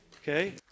okay